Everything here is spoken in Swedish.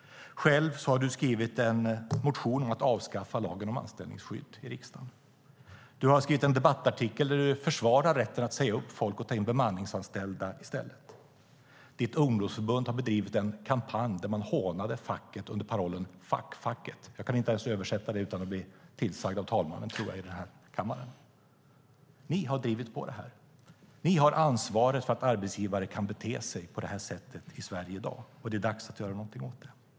Själv har du i riksdagen skrivit en motion om att avskaffa lagen om anställningsskydd. Du har skrivit en debattartikel där du försvarar rätten att säga upp folk och ta in bemanningsanställda i stället. Ditt ungdomsförbund har bedrivit en kampanj där man har hånat facket under parollen Fuck facket! Jag kan inte ens översätta det utan att bli tillsagd av talmannen här i kammaren. Ni har drivit på det här. Ni har ansvaret för att arbetsgivare kan bete sig på detta sätt i Sverige i dag. Det är dags att göra någonting åt det.